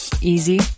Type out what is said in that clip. easy